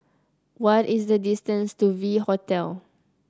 what is the distance to V Hotel